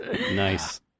Nice